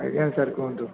ଆଜ୍ଞା ସାର୍ କୁହନ୍ତୁ